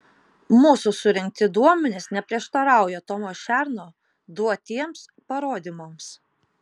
mūsų surinkti duomenys neprieštarauja tomo šerno duotiems parodymams